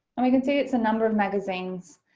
and we can see it's a number of magazines,